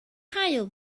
haul